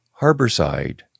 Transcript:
Harborside